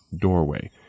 doorway